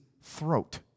throat